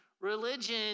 religion